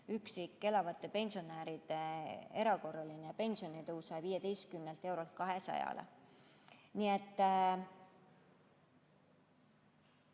üksi elavate pensionäride erakorraline pensionitõus 115 eurolt 200